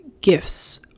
gifts